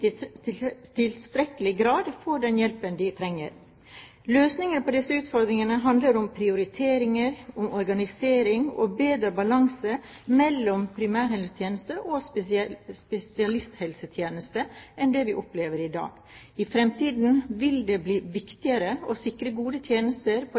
ikke i tilstrekkelig grad får den hjelpen de trenger. Løsningene på disse utfordringene handler om prioriteringer, om organisering og om en bedre balanse mellom primærhelsetjenesten og spesialisthelsetjenesten enn det vi opplever i dag. I fremtiden vil det bli viktigere å sikre gode tjenester på